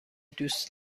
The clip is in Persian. دوست